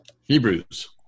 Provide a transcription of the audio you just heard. Hebrews